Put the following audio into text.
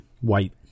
white